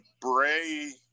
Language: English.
Bray